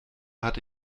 hatte